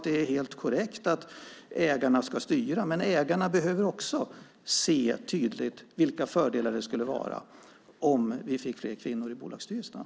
Det är helt korrekt att ägarna ska styra, men ägarna behöver se vilka fördelarna skulle vara om vi fick fler kvinnor i bolagsstyrelserna.